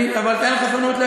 אני מחכה.